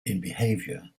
behavior